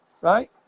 right